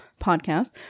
podcast